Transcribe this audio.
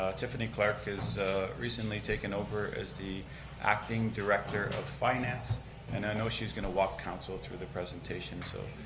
ah tiffany clark has recently taken over as the acting director of finance and i know she's going to walk council through the presentation. so,